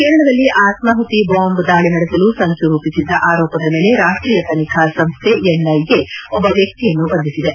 ಕೇರಳದಲ್ಲಿ ಆತ್ಮಾಹುತಿ ಬಾಂಬ್ ದಾಳಿ ನಡೆಸಲು ಸಂಚು ರೂಪಿಸಿದ್ದ ಆರೋಪದ ಮೇಲೆ ರಾಷ್ಟೀಯ ತನಿಖಾ ಸಂಸ್ದೆ ಎನ್ಐಎ ಒಬ್ಬ ವ್ಯಕ್ತಿಯನ್ನು ಬಂಧಿಸಿದೆ